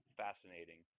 fascinating